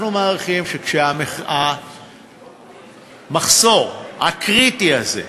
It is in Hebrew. אנחנו מעריכים שכשהמחסור הקריטי הזה יצומצם,